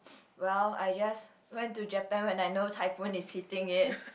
well I just went to Japan when I know typhoon is hitting it